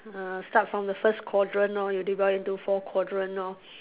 err start from he first quadrant lor you divide into four quadrant lor